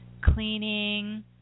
cleaning